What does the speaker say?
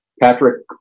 Patrick